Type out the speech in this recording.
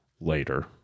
later